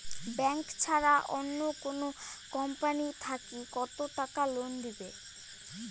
Bank ছাড়া অন্য কোনো কোম্পানি থাকি কত টাকা লোন দিবে?